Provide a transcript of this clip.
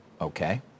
Okay